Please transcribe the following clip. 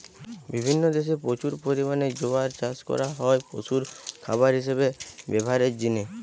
বিভিন্ন দেশে প্রচুর পরিমাণে জোয়ার চাষ করা হয় পশুর খাবার হিসাবে ব্যভারের জিনে